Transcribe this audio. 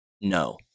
No